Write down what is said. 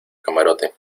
camarote